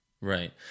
Right